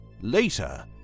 Later